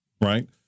Right